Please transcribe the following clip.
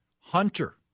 Hunter